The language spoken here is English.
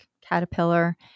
Caterpillar